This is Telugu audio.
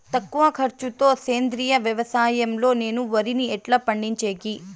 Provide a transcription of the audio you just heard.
తక్కువ ఖర్చు తో సేంద్రియ వ్యవసాయం లో నేను వరిని ఎట్లా పండించేకి?